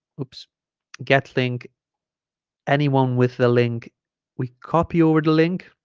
oops get link anyone with the link we copy over the link